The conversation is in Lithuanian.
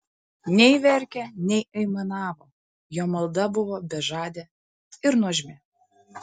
nei verkė nei aimanavo jo malda buvo bežadė ir nuožmi